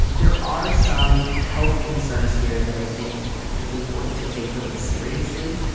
there are some health concerns here that i think it's important to take really seriously.